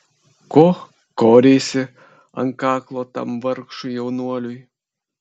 ko koreisi ant kaklo tam vargšui jaunuoliui